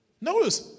Notice